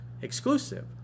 exclusive